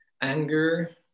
anger